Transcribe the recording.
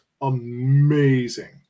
amazing